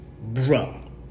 Bro